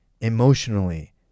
emotionally